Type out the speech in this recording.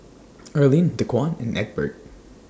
Arlin Dequan and Egbert